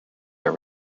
are